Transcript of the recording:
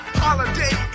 holiday